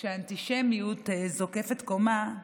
כשהאנטישמיות זוקפת קומה,